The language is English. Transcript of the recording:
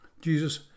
Jesus